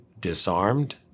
disarmed